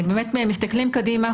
אנחנו מסתכלים קדימה,